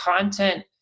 content